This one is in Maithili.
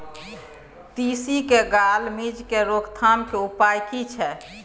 तिसी मे गाल मिज़ के रोकथाम के उपाय की छै?